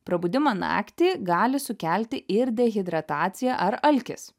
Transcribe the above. prabudimą naktį gali sukelti ir dehidratacija ar alkis